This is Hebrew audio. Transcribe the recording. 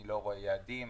אני לא רואה יעדים,